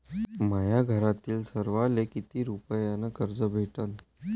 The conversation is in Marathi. माह्या घरातील सर्वाले किती रुप्यान कर्ज भेटन?